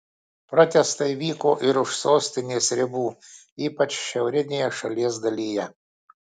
protestai vyko ir už sostinės ribų ypač šiaurinėje šalies dalyje